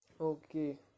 Okay